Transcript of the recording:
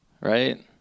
Right